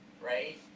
right